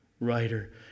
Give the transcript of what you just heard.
writer